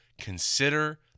consider